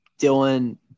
Dylan